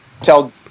tell